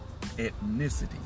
ethnicity